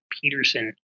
Peterson